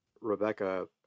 Rebecca